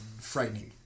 frightening